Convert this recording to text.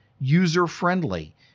user-friendly